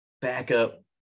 backup